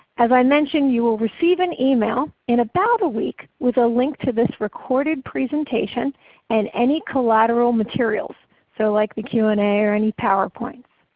as i mentioned, you will receive an email in about a week with a link to this recorded presentation and any collateral materials so like the q and a or any powerpoint.